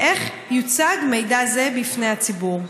2. איך יוצג מידע זה בפני הציבור?